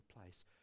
place